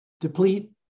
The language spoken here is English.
deplete